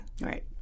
Right